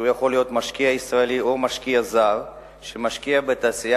שיכול להיות משקיע ישראלי או משקיע זר שמשקיע בתעשייה